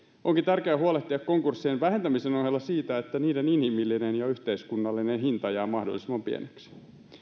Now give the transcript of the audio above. onkin tärkeää huolehtia konkurssien vähentämisen ohella siitä että niiden inhimillinen ja yhteiskunnallinen hinta jää mahdollisimman pieneksi